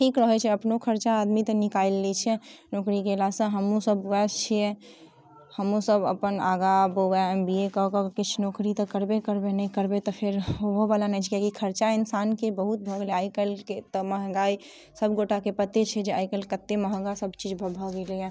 ठीक रहै छै अपनो खर्चा आदमी तऽ निकालि लै छै नौकरी केला सँ हमहुँ सभ वएह छियै हमहुँ सभ अपन आगा बौआयबे एम बी ए कऽ कऽ किछु नौकरी तऽ करबे करबै नहि करबै तऽ फेर होबहो बला नही छै किएकि खर्चा इन्सान के बहुत भऽ गेलै आइ कल्हि के तऽ महँगाइ सभगोटा के पते छै जे आइ कल्हि कते महँगा सभचीज भऽ गेलैया